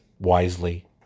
wisely